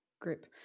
group